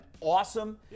awesome